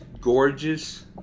gorgeous